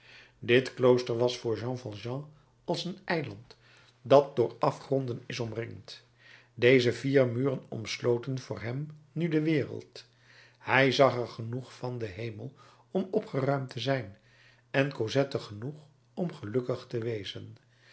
dit klooster was voor jean valjean als een eiland dat door afgronden is omringd deze vier muren omsloten voor hem nu de wereld hij zag er genoeg van den hemel om opgeruimd te zijn en cosette genoeg om gelukkig te wezen